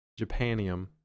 Japanium